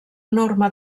norma